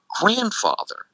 grandfather